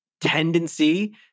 tendency